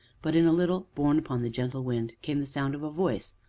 but, in a little, borne upon the gentle wind, came the sound of a voice,